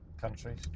countries